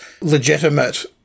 legitimate